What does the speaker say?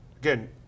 again